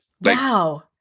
Wow